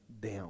down